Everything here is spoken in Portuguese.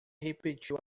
repetiu